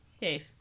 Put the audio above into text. Yes